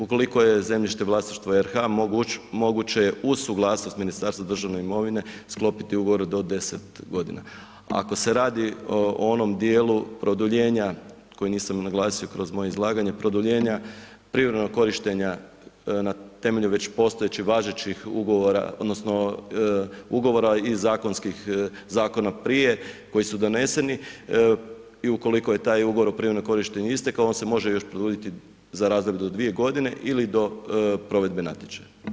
Ukoliko je zemljište vlasništvo RH, moguće je uz suglasnost Ministarstva državne imovine sklopiti ugovor do deset godina, a ako se radi o onom dijelu produljenja koji nisam naglasio kroz moje izlaganje, produljenja privremenog korištenja na temelju već postojećih važećih ugovora odnosno ugovora iz zakonskih Zakona prije koji su doneseni i ukoliko je taj ugovor o privremenom korištenju istekao, on se može još produljiti za razdoblje do dvije godine, ili do provedbe natječaja.